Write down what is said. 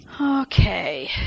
Okay